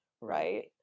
Right